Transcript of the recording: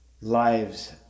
lives